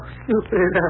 stupid